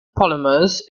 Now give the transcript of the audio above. polymers